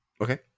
Okay